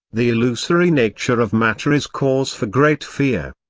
the illusory nature of matter is cause for great fear.